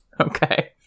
Okay